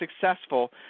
successful